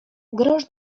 grosz